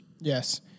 Yes